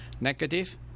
Negative